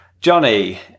Johnny